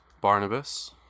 Barnabas